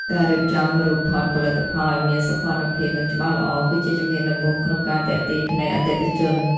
ការរៀបចំរូបថតផលិតផលឱ្យមានសោភ័ណភាព និងច្បាស់ល្អ គឺជាជំហានដំបូងក្នុងការទាក់ទាញភ្នែកអតិថិជន។